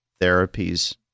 therapies